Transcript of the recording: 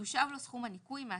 יושב לו סכום הניכוי מהתגמול."